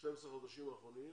ב-12 החודשים האחרונים,